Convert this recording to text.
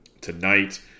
tonight